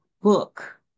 book